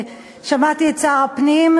שמעתי את שר הפנים,